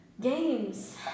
games